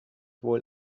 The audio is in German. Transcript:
wohl